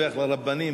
לוועדה.